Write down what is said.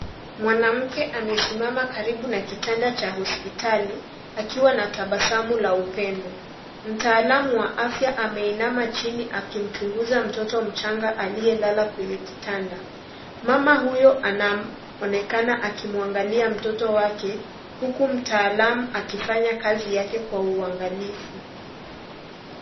Mwanamke amesimama karibu na kitanda cha hospitali akiwa na tabasamu la upendo. Mtaalamu wa afya ameinama chini akimchunguza mtoto mchanga aliyelala kwenye kitanda. Mama huyo anaonekana akimwangalia mtoto wake huku mtaalamu akifanya kazi yake kwa uangalifu.